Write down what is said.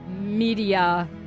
media